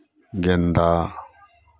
गेन्दा